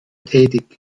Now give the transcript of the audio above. tätig